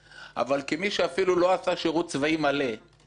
אבל כמי שלא עשה אפילו שירות צבאי מלא וניצל